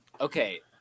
Okay